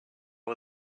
are